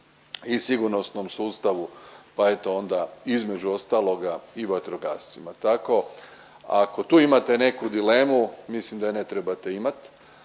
i sigurnosnom sustavu, pa eto, onda između ostaloga i vatrogascima, tako, ako tu imate neku dilemu, mislim da je ne trebate imati,